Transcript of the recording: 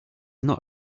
not